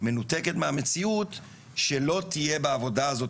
מנותקת מהמציאות שלא תהיה בעבודה הזאת,